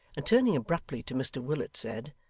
and turning abruptly to mr willet, said,